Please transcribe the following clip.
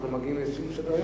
אנחנו מגיעים לסיום סדר-היום.